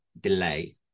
delay